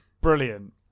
Brilliant